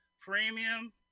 Premium